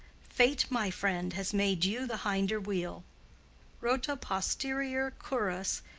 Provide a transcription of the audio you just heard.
fate, my friend, has made you the hinder wheel rota posterior curras,